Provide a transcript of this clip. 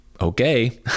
okay